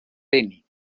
penny